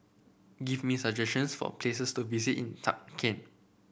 give me some suggestions for places to visit in Tashkent